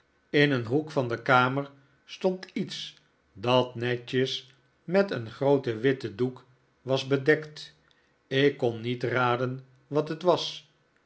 in een hoek van de kamer stond iets dat netjes met een grooten witten doek was bedekt ik kon niet raden wat het was